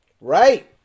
Right